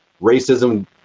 racism